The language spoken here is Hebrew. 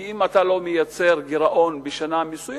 כי אם אתה לא מייצר גירעון בשנה מסוימת,